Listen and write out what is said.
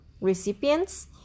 recipients